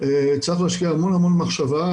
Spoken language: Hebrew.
צריך להשקיע המון המון מחשבה.